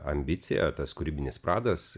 ambicija tas kūrybinis pradas